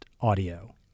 audio